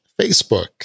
Facebook